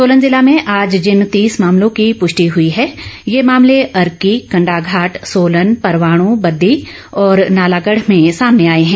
सोलन जिला में आज जिन तीस मामलों की प्रष्टि हुई है ये मामले अर्की कण्डाघाट सोलन परवाण बददी और नालागढ़ में सामने आए हैं